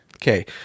Okay